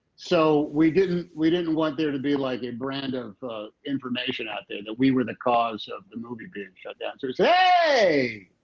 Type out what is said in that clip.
so we didn't we didn't want there to be, like, a brand of information out there that we were the cause of the movie being shut down. so it's, hey!